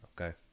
okay